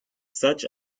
such